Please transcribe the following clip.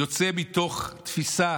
יוצא מתוך תפיסה